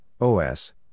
OS